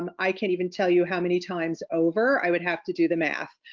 um i can't even tell you how many times over i would have to do the math.